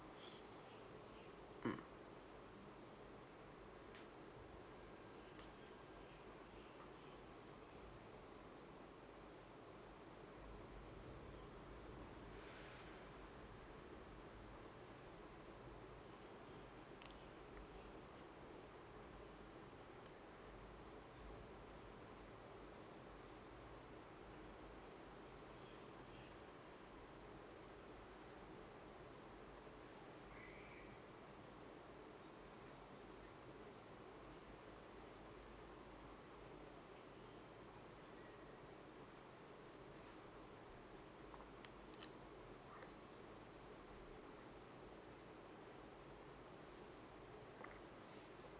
mm